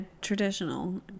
traditional